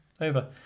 Over